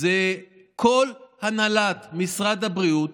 זה כל הנהלת משרד הבריאות,